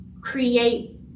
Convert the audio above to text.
create